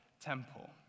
temple